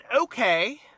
okay